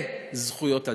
זה זכויות אדם.